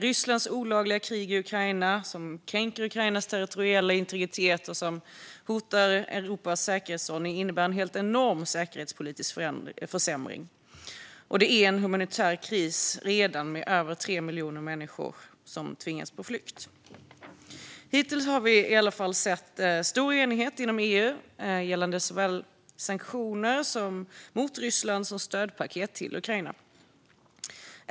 Rysslands olagliga krig i Ukraina, som kränker Ukrainas territoriella integritet och hotar Europas säkerhetsordning, innebär en helt enorm säkerhetspolitisk försämring. Det är redan en humanitär kris med över 3 miljoner människor som tvingats på flykt. Hittills har vi i alla fall sett en stor enighet inom EU gällande såväl sanktioner mot Ryssland som stödpaket till Ukraina.